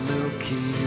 Milky